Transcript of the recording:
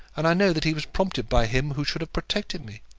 and i know that he was prompted by him who should have protected me.